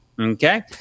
Okay